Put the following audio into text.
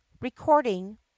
Recording